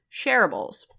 shareables